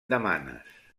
demanes